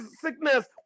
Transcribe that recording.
sickness